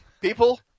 People